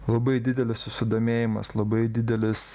labai didelis susidomėjimas labai didelis